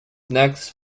next